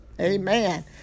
Amen